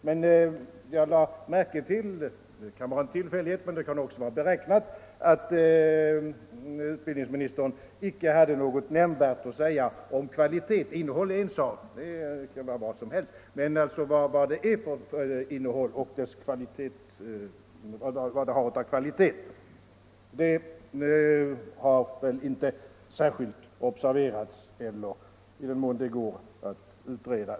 Men jag lade märke till — det kan ha varit en tillfällighet, men det kan också ha varit med, beräkning — att utbildningsministern inte hade något nämnvärt att säga om kvalitet. Innehåll är en sak, det kan vara snart sagt vad som helst. Men vad har innehållet för kvalitet? Det är väl någonting som inte särskilt har observerats eller utretts — i den mån det går att utreda.